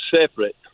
separate